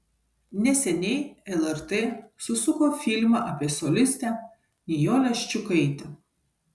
neseniai lrt susuko filmą apie solistę nijolę ščiukaitę